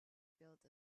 built